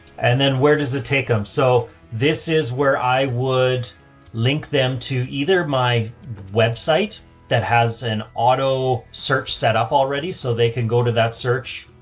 and then where does it take them? so this is where i would link them to either my website that has an auto search set up already so they can go to that search.